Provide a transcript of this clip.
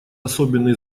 особенный